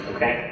Okay